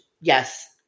yes